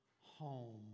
home